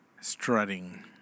strutting